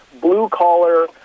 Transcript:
blue-collar